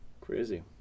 Crazy